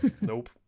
Nope